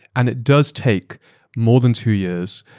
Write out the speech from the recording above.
and it does take more than two years.